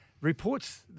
Reports